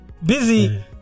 busy